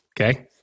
Okay